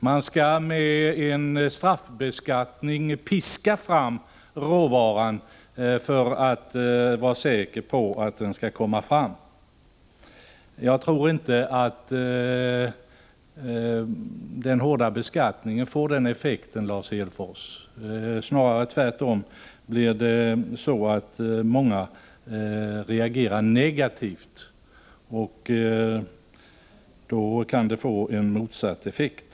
Man skall med en straffbeskattning piska fram råvara för att kunna vara säker på att den skall komma fram. Jag tror inte, Lars Hedfors, att den hårda beskattningen får den effekten, snarare tvärtom. Många kommer att reagera negativt, och då kan beskattningen få motsatt effekt.